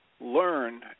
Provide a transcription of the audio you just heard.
learn